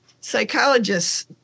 psychologists